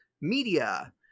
media